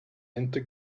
into